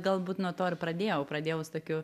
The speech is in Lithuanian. galbūt nuo to ir pradėjau pradėjau su tokiu